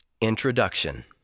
Introduction